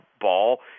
ball